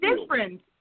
difference